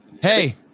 Hey